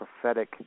prophetic